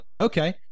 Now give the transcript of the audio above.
okay